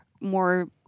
more